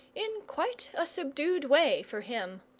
in quite a subdued way for him.